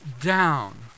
down